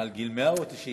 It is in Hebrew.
מעל גיל 100, או 90?